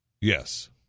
Yes